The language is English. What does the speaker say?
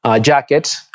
jackets